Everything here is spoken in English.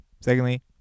Secondly